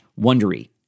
Wondery